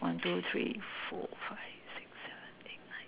one two three four five six seven eight nine